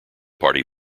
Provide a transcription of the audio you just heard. party